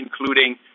including